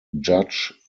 judge